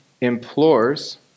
implores